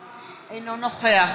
אינו נוכח